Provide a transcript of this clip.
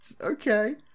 Okay